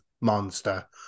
monster